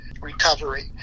recovery